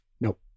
Nope